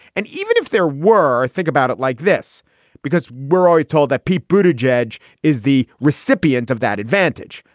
and even if there were. think about it like this because we're always told that pete brewdog edge is the recipient of that advantage.